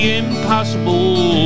impossible